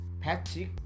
Patrick